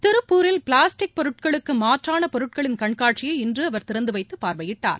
திருப்பூரில் பிளாஸ்டிக் பொருட்களுக்கு மாற்றான பொருட்களின் கண்காட்சியை இன்று அவர் திறந்துவைத்து பார்வையிட்டார்